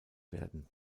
werden